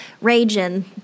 raging